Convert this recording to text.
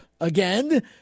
again